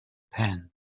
pen